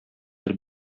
бер